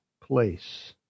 place